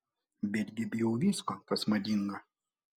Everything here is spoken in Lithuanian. betgi bijau visko kas madinga